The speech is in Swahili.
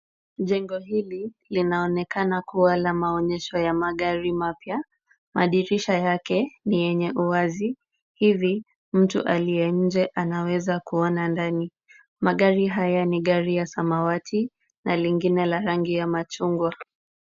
Jengo hili linaonekana kua la maonyesho ya magari mapya ,madirisha yake ni yenye uwazi ,hivi mtu aliye nje anaweza kuona ndani , magari haya ni gari ya samawati na lingine ni la rangi ya machungwa .